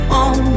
on